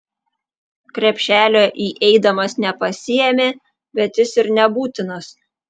krepšelio įeidamas nepasiėmė bet jis ir nebūtinas